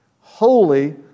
holy